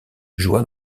joua